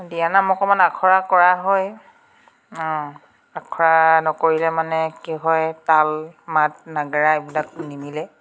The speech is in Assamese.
দিহানাম অকণমান আখৰা কৰা হয় অঁ আখৰা নকৰিলে মানে কি হয় তাল মাত নাগৰা এইবিলাক নিমিলে